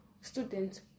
students